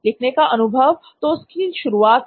लिखने का अनुभव तो उसकी शुरुआत है